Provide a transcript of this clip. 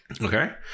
okay